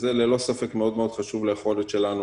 שזה ללא ספק מאוד מאוד חשוב ליכולת שלנו